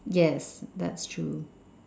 yes that's true